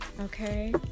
okay